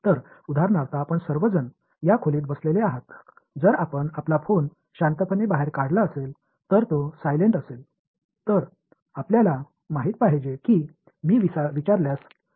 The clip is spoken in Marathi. तर उदाहरणार्थ आपण सर्वजण या खोलीत बसलेले आहात जर आपण आपला फोन शांतपणे बाहेर काढला असेल तर तो सायलेंट असेल तर आपल्याला माहित पाहिजे की मी विचारल्यास तुम्हाला सिग्नल मिळत आहे